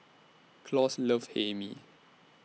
Claus loves Hae Mee